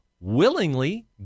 willingly